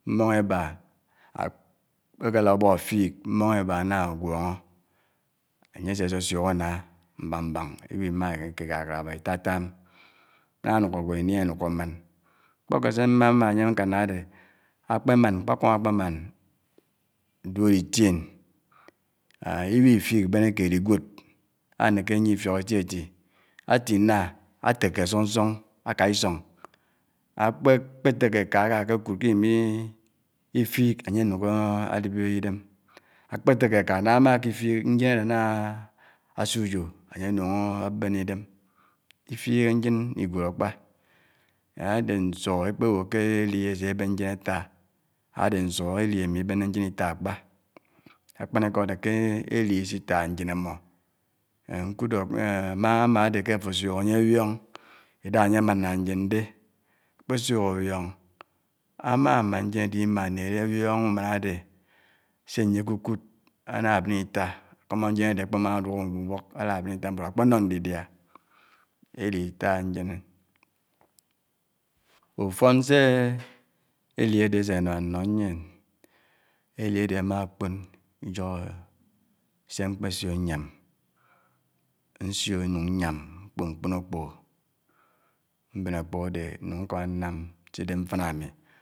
mmóng ébà ákpèkè lád ubòk áfik mmóng ébà ánágwóngó ényè ásè ásusuk áná mbáng mbáng ibihi ikikánábá itàtàm nà nukò gwó ini abihimàn mkpò kèd sè mmà mmà ányè nkànnà ádè ákpè màn mkpèkòn ákpèmàn duòlótiòn ányè ibihi fik bènèkid igwòd ánèkè níè ifiòk èti èti áti naa átèkè sungsung ákaa isòng ákpè kpètèkè ákaa ká ákè k'ud kè imifik ányè ánuk álipè idèm ákpèlèkè áká na ámá kè fik njèn ádè áná siò uyò ányè ánuk o bènè idèm ifikkè njèn igwòd ákpá. Ádè nsuk ákpèbò kè èli ásè bèn njèn átá ádè nsuk èli ámi ibènnè njèn ità ákpá. Ákpánikò ádè kè èli isitànd njén ámò ehm! nkutò ehm m'ámán ádè kè àtò ásuk ányè mbiòng idàhà ányè mánná njèn dè kpisuk ábiòng ámá maan njèn àdè imá n'ábiòng umàn ádè sè ányè kukud áná bèn itá nkumò njèn ádè ákpèmá duk ányè unòk àlá bèn itá but ákpè nó ndidiá èli itàhà njèn () ufòn sè èli ádè ádè ásè nàm ánaò nyèn èli ádè ámákpòn ijòhò sè mkpè siò nyám nsiò Nung nyàm mkpòn mkpön ákpògò mbèn ákpògò ásè Nung nkámá nnàm sidè mfáná ámi